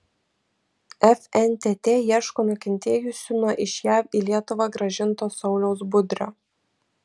fntt ieško nukentėjusių nuo iš jav į lietuvą grąžinto sauliaus budrio